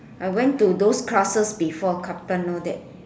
I went to those classes before kaplan all that